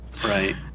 Right